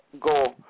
go